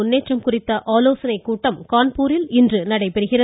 முன்னேற்றம் குறித்த ஆலோசனைக் கூட்டம் கான்பூரில் இன்று நடைபெறுகிறது